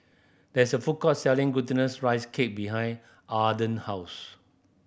there is a food court selling Glutinous Rice Cake behind Arden house